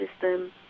system